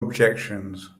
objections